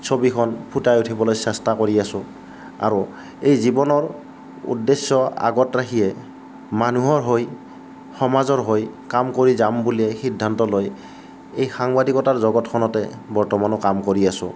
ছবিখন ফুটাই উঠাবলৈ চেষ্টা কৰি আছোঁ আৰু এই জীৱনৰ উদ্দেশ্য আগত ৰাখিয়েই মানুহৰ হৈ সমাজৰ হৈ কাম কৰি যাম বুলিয়ে সিদ্ধান্ত লৈ এই সাংবাদিকতাৰ জগতখনতে বৰ্তমানো কাম কৰি আছোঁ